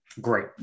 Great